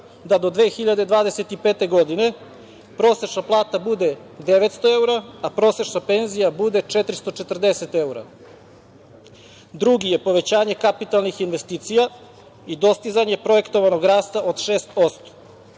da do 2025. godine prosečna plata bude 900 evra, a prosečna penzija bude 440 evra. Drugi je povećanje kapitalnih investicija i dostizanje projektovanog rasta od 6%.U